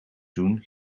doen